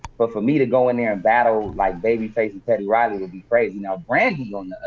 but for me to go in there battle like babyface and teddy riley would be crazy. now, brandy on